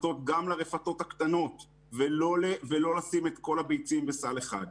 לרפתות הקטנות ולא לשים את כל הביצים בסל אחד.